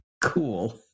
Cool